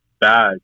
bad